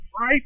right